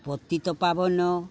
Patitapaban